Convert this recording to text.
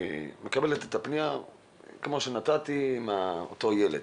שנתתי לגבי אותו ילד.